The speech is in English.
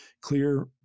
clear